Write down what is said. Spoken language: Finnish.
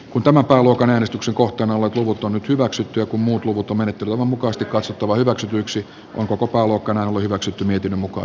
kun tämän pääluokan äänestyksen kohteena on kivuton hyväksytty joku muu mutu menetelmän mukaista katsottava hyväksytyksi on koko palkkana hyväksytty mietinnön mukaan